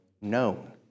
known